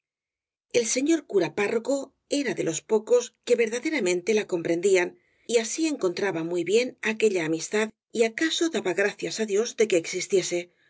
el señor cura párroco era de los pocos que verdaderamente la comprendían y así encontraba muy bien aquella amistad y acaso daba gracias á dios de que existiese